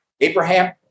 abraham